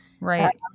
Right